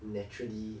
naturally